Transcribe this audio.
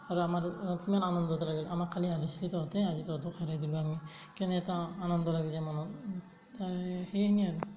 আৰু আমাৰ কিমান আনন্দ এটা লাগিল আমাক কালি হৰাইছিলি তহঁতে আজি তহঁতক হৰাই দিলোঁ আমি কেনে এটা আনন্দ লাগি যায় মনত সেইখিনিয়েই আৰু